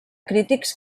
crítics